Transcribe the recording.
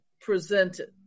presented